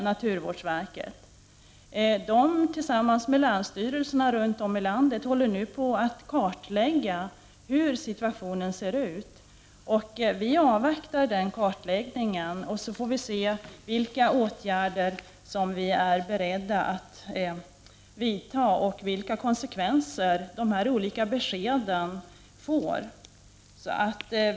Naturvårdsverket håller nu tillsammans med länsstyrelserna runt om i landet på att kartlägga situationen. Vi avvaktar den kartläggningen, och sedan får vi se vilka åtgärder vi är beredda att vidta och vilka konsekvenser de olika beskeden får.